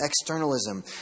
externalism